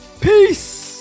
Peace